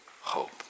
hope